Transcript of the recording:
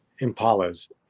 Impalas